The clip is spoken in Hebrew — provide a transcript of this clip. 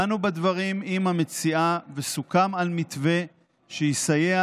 באנו בדברים עם המציעה וסוכם על מתווה שיסייע